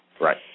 Right